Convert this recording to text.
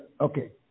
Okay